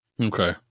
Okay